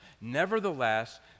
nevertheless